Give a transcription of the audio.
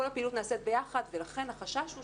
כל הפעילות נעשית ביחד ולכן החשש הוא